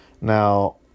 Now